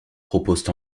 proposent